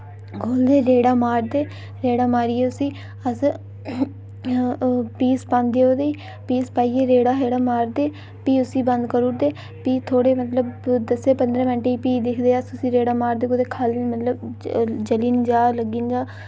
खोह्लदे रेड़ा मारदे रेड़ा मारियै उसी अस पीस पांदे उदे ई पीस पाइयै रेड़ा शेड़ा मारदे फ्ही उसी बंद करूड़ दे फ्ही थोह्ड़े मतलब दस्सें पंदरें मैंट च फ्ही दिखदे अस उसी रेड़ा मारदे कुतै खल्ल नि मतलब ज जली नि जा लग्गी नि जा